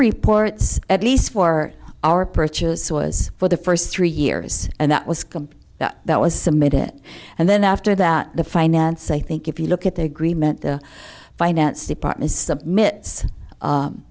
reports at least for our purchase was for the first three years and that was come that was submitted and then after that the finance i think if you look at the agreement the finance department submit